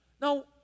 Now